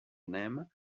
name